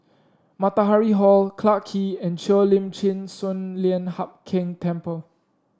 Matahari Hall Clarke Quay and Cheo Lim Chin Sun Lian Hup Keng Temple